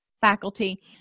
faculty